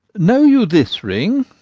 know you this ring?